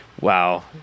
wow